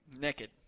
naked